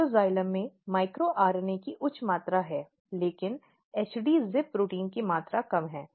protoxylem में micro RNA की उच्च मात्रा है लेकिन HD ZIP प्रोटीन की कम मात्रा है